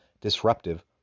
Disruptive